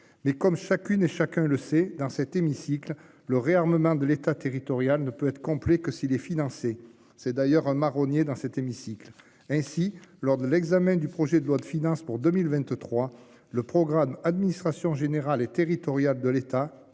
mais comme chacune et chacun le sait, dans cet hémicycle le réarmement de l'État, territorial ne peut être complet, que si les financer. C'est d'ailleurs un marronnier dans cet hémicycle. Ainsi, lors de l'examen du projet de loi de finances pour 2023, le programme administration générale et territoriale de l'État